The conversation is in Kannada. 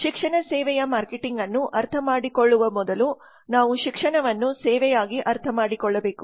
ಶಿಕ್ಷಣ ಸೇವೆಯ ಮಾರ್ಕೆಟಿಂಗ್ ಅನ್ನು ಅರ್ಥಮಾಡಿಕೊಳ್ಳುವ ಮೊದಲು ನಾವು ಶಿಕ್ಷಣವನ್ನು ಸೇವೆಯಾಗಿ ಅರ್ಥಮಾಡಿಕೊಳ್ಳಬೇಕು